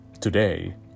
Today